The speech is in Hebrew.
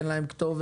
אין להן כתובת,